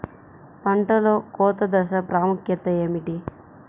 పంటలో కోత దశ ప్రాముఖ్యత ఏమిటి?